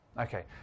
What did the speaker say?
Okay